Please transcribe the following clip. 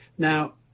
Now